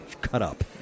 cut-up